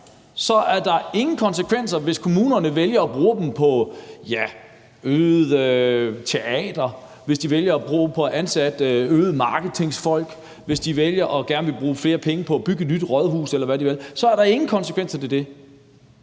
er der ingen konsekvenser, hvis kommunerne vælger at bruge dem på mere teater, hvis de vælger at bruge dem på at ansætte et øget antal marketingsfolk; hvis de vælger gerne at ville bruge flere penge på at bygge et nyt rådhus, eller hvad de vil – så er der ingen konsekvenser ved det.